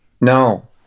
no